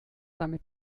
damit